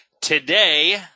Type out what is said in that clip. Today